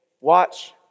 Watch